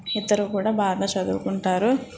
ఇద్దరు కూడా బాగా చదువుకుంటారు